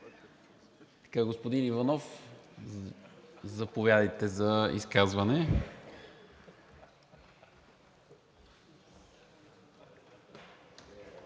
Господин Иванов, заповядайте за изказване